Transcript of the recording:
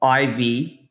IV